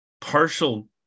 partial